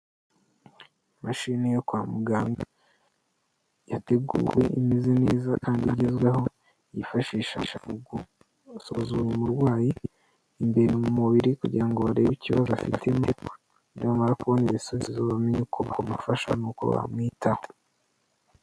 Imashini yo kwa muganga yeteguwe imeze neza kandi igezweho bifashisha mu gusuzuma umurwayi imbere mumubiri kugira ngo barebe ikibazo afite, nibamara kubona ibisubizo babone uko bamufasha n'uko bamwitaho.